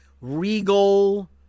regal